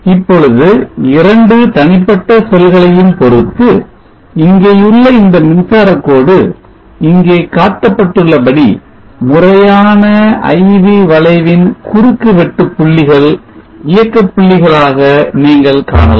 இப்பொழுது இரண்டு தனிப்பட்ட செல்களையும் பொறுத்து இங்கேயுள்ள இந்த மின்சார கோடு இங்கே காட்டப்பட்டுள்ள படி முறையான IV வளைவின் குறுக்கு வெட்டுப் புள்ளிகள் இயக்க புள்ளிகளாக நீங்கள் காணலாம்